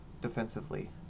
defensively